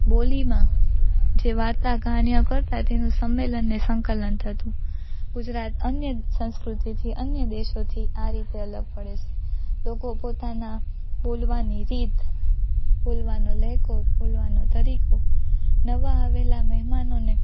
બોલીમાં જે વાર્તા કહાનીઓ કરતાં તેનું સંમેલન ને સંકલન થતું ગુજરાત અન્ય સંસ્કૃતિથી અન્ય દેશોથી આ રીતે અલગ પડે છે લોકો પોતાના બોલવાની રીત બોલવાનો લેહકો બોલવાનો તરીકો નવા આવેલા મેહમાનોને